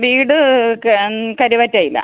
വീട് കരുവറ്റയിലാണ്